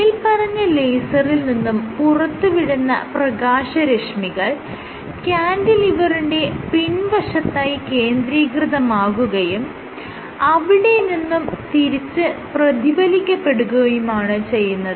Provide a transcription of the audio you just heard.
മേല്പറഞ്ഞ ലേസറിൽ നിന്നും പുറത്തുവിടുന്ന പ്രകാശരശ്മികൾ ക്യാന്റിലിവറിന്റെ പിൻവശത്തായി കേന്ദ്രീകൃതമാകുകയും അവിടെ നിന്നും തിരിച്ച് പ്രതിഫലിക്കപ്പെടുകയാണ് ചെയ്യുന്നത്